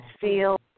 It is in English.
feel